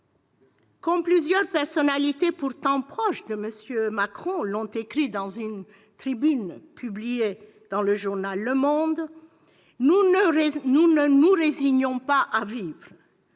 Comme plusieurs personnalités, pourtant proches de M. Macron, l'ont écrit dans une tribune publiée dans le journal, nous ne nous résignons pas à vivre «